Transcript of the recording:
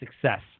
success